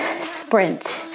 sprint